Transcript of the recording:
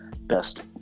best